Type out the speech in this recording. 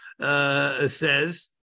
says